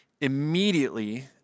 immediately